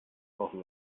brauchen